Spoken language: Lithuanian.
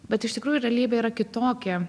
bet iš tikrųjų realybė yra kitokia